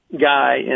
guy